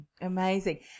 Amazing